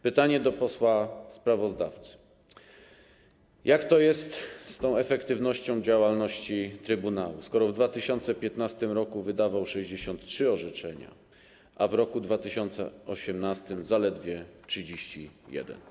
Pytanie do posła sprawozdawcy: Jak to jest z tą efektywnością działalności trybunału, skoro w 2015 r. wydał 63 orzeczenia, a w roku 2018 - zaledwie 31?